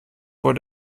vor